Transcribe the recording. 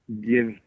give